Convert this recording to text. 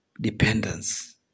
dependence